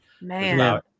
Man